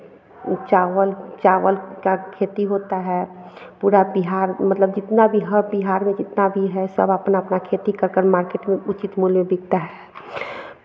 चावल चावल का खेती होता है पूरा बिहार मतलब जितना भी हम बिहार में जितना भी है सब अपना अपना खेती कर कर मार्केट में उचित मूल्य बिकता है